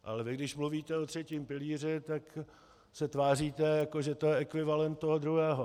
Ale vy když mluvíte o třetím pilíři, tak se tváříte, jako že je to ekvivalent toho druhého.